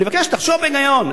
אני מבקש: תחשוב בהיגיון.